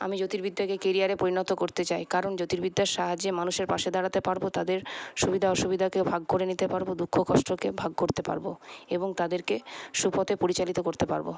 আমি জ্যোতির্বিদ্যাকে কেরিয়ারে পরিণত করতে চাই কারণ জ্যোতির্বিদ্যার সাহায্যে মানুষের পাশে দাঁড়াতে পারবো তাদের সুবিধা অসুবিধাকে ভাগ করে নিতে পারবো দুঃখ কষ্টকে ভাগ করতে পারবো এবং তাদেরকে সুপথে পরিচালিত করতে পারবো